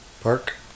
park